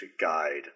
guide